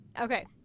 Okay